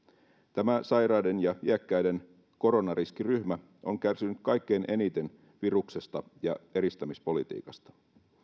tämä sairaiden ja iäkkäiden koronariskiryhmä on kärsinyt kaikkein eniten viruksesta ja eristämispolitiikasta